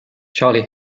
charlie